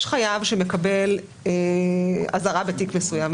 יש חייב שמקבל אזהרה בתיק מסוים,